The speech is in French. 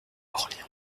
orléans